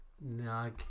no